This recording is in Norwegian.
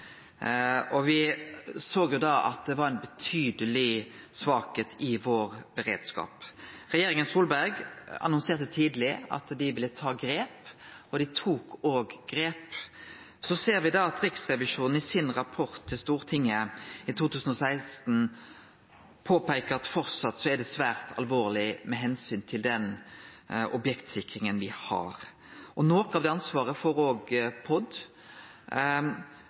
og me såg jo at det var betydelege svakheiter i beredskapen vår. Regjeringa Solberg annonserte tidleg at dei ville ta grep, og dei tok òg grep. Så ser me at Riksrevisjonen i rapporten sin til Stortinget i 2016 påpeika at framleis er det svært alvorleg med omsyn til den objektsikringa me har. Noko av det ansvaret får POD.